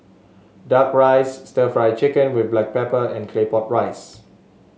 duck rice stir Fry Chicken with Black Pepper and Claypot Rice